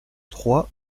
trois